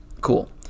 cool